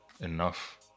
enough